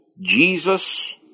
Jesus